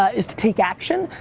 ah is to take action.